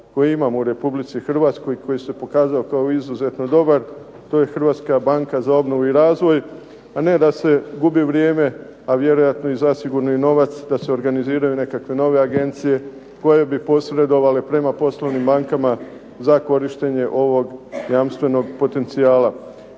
koji imamo u RH i koji se pokazao kao izuzetno dobar, to je Hrvatska banka za obnovu i razvoj, a ne da se gubi vrijeme, a vjerojatno i zasigurno i novac da se organiziraju nekakve nove agencije koje bi posredovale prema poslovnim bankama za korištenje ovog jamstvenog potencijala.